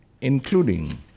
including